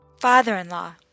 father-in-law